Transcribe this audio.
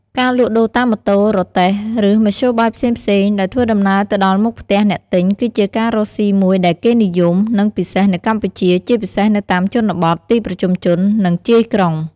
ការលក់ដូរតាមម៉ូតូ រទេះ ឬមធ្យោបាយផ្សេងៗ ដោយធ្វើដំណើរទៅដល់មុខផ្ទះអ្នកទិញ គឺជាការរកស៊ីមួយដែលគេនិយម និងពិសេសនៅកម្ពុជា ជាពិសេសនៅតាមជនបទ ទីប្រជុំជន និងជាយក្រុង។